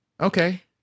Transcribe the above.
Okay